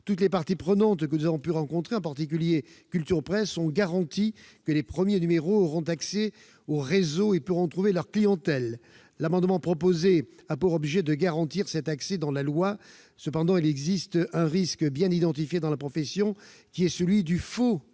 Toutes les parties prenantes que nous avons pu rencontrer, en particulier Culture Presse, ont garanti que les premiers numéros auront accès au réseau et pourront trouver leur clientèle. L'amendement proposé a pour objet de garantir cet accès dans la loi. Cependant, il existe un risque, bien identifié dans la profession, qui est celui du « faux premier